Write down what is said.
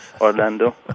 Orlando